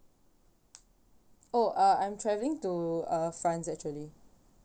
oh uh I'm travelling to uh france actually